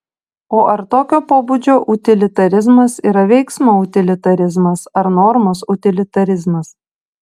o ar tokio pobūdžio utilitarizmas yra veiksmo utilitarizmas ar normos utilitarizmas